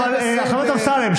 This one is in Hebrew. אבל חבר הכנסת אמסלם,